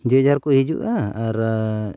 ᱡᱮ ᱡᱟᱦᱟᱨ ᱠᱚ ᱦᱤᱡᱩᱜᱼᱟ ᱟᱨ